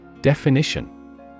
Definition